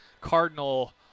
Cardinal